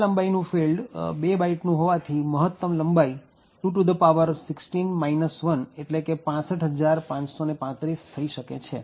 આ લંબાઈનું ફિલ્ડ બે બાઈટનું હોવાથી મહત્તમ લંબાઈ 216 1 ૬૫૫૩૫ થઇ શકે છે